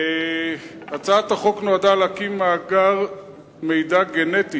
הצעת החוק נועדה להקים מאגר מידע גנטי